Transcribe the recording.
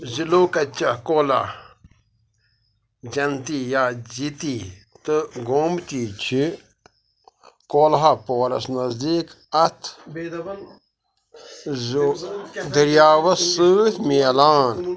زٕ لۄکچہِ کۄلہٕ جینتی یا جِتی تہٕ گومتی چھِ کولہاپورَس نزدیٖک اَتھ دٔریاوَس سۭتۍ میلان